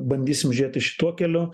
bandysim žiūrėti šituo keliu